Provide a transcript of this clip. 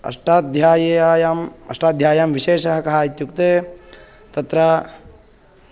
अष्टाध्याय्याम् अष्टाध्याय्यां विशेषः कः इत्युक्ते तत्र